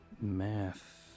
math